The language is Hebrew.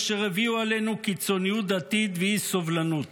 אשר הביאו עלינו --- קיצוניות דתית ואי-סובלנות